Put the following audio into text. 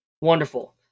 Wonderful